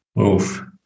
Oof